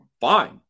Fine